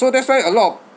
so that's why a lot of